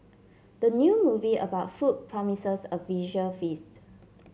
the new movie about food promises a visual feast